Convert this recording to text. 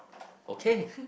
okay